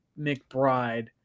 McBride